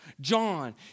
John